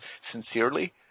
sincerely